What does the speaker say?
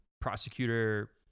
prosecutor